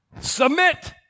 Submit